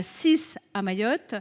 000 à Mayotte